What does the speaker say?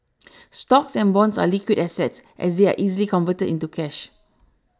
stocks and bonds are liquid assets as they are easily converted into cash